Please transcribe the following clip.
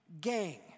gang